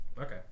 Okay